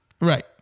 Right